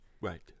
Right